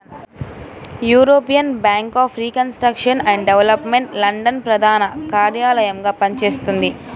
European bank for reconstruction and development London ప్రధాన కార్యాలయంగా పనిచేస్తున్నది